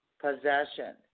possession